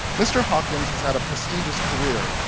mr. hawkins has had a prestigious career,